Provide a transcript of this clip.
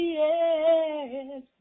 yes